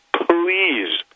Please